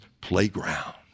playground